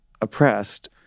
oppressed